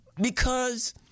because-